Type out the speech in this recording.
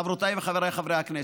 חברותיי וחבריי חברי הכנסת: